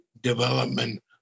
development